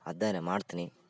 ಆದರೆ ಮಾಡ್ತೀನಿ